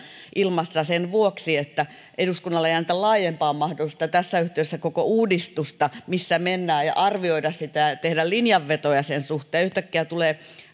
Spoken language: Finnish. ilmassa sen vuoksi että eduskunnalle ei anneta laajempaa mahdollisuutta tässä yhteydessä koko uudistusta missä mennään arvioida ja tehdä linjanvetoja sen suhteen yhtäkkiä tulee